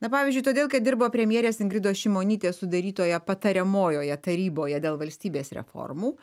na pavyzdžiui todėl kad dirbo premjerės ingridos šimonytės sudarytoje patariamojoje taryboje dėl valstybės reformų